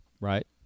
Right